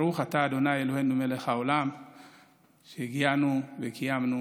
כי את מה שאבותיי שמרו גם אנחנו נשמר.